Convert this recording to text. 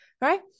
right